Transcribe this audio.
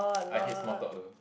I hate small talk though